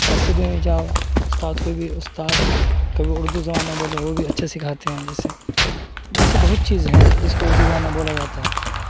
مسجد میں بھی جاؤ استاد کو بھی استاد کبھی اردو زبان میں بولو وہ بھی اچھا سکھاتے ہیں جیسے ایسے بہت چیز ہیں جس کو اردو زبان میں بولا جاتا ہے